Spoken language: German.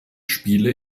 spiele